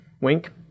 wink